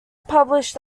published